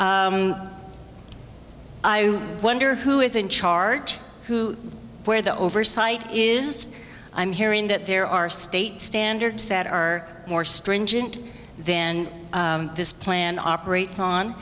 i wonder who is in charge who where the oversight is i'm hearing that there are state standards that are more stringent then this plan operates on